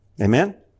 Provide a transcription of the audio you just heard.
Amen